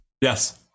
yes